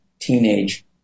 teenage